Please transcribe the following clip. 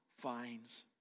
finds